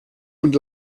und